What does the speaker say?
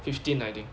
fifteen I think